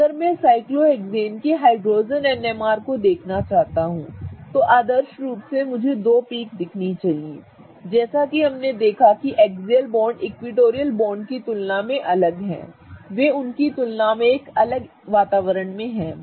इसलिए अगर मैं साइक्लोहेक्सेन के हाइड्रोजन NMR को देखना चाहता हूं तो आदर्श रूप से मुझे दो पीक दिखनी चाहिए क्योंकि जैसा कि हमने देखा कि एक्सियल बॉन्ड इक्विटोरियल बॉन्ड की तुलना में अलग हैं वे उनकी तुलना में एक अलग वातावरण में हैं